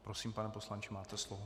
Prosím, pane poslanče, máte slovo.